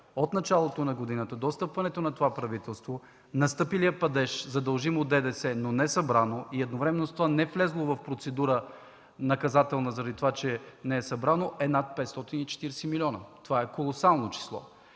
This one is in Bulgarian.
от началото на годината до встъпването на това правителство настъпилият падеж за дължимо ДДС, но несъбрано и едновременно с това невлязло в наказателна процедура за това, че не е събрано, е над 540 милиона. Това е колосално число.